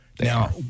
Now